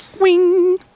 Wing